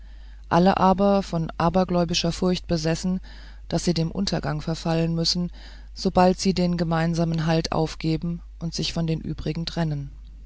alle aber von abergläubischer furcht besessen daß sie dem untergang verfallen müssen sobald sie den gemeinsamen halt aufgeben und sich von den übrigen trennen